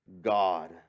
God